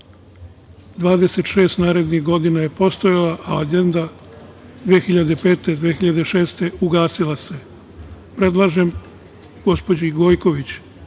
26 narednih godina je postojala, a onda 2005, 2006. godine ugasila se. Predlažem gospođi Gojković